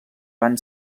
van